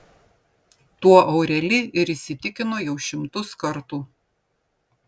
tuo aureli ir įsitikino jau šimtus kartų